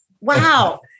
Wow